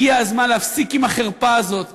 הגיע הזמן להפסיק עם החרפה הזאת.